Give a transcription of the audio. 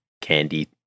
candy